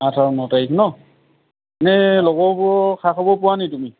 আঠ আৰু ন তাৰিখ নহ্ এনেই লগৰবোৰৰ খা খবৰ পোৱানি তুমি